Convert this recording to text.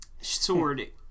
Sword